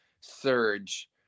surge